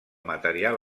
material